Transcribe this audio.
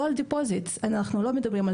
לא על deposits, אנחנו לא מדברים על